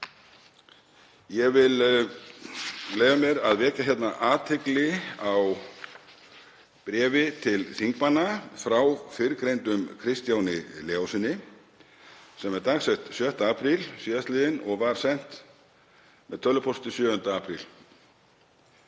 Ég vil leyfa mér að vekja athygli á bréfi til þingmanna frá fyrrgreindum Kristjáni Leóssyni sem er dagsett 6. apríl síðastliðinn og var sent með tölvupósti 7. apríl.